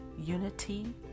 unity